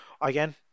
again